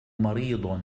مريض